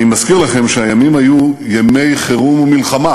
אני מזכיר לכם שהימים היו ימי חירום ומלחמה,